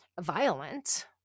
violent